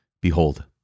Behold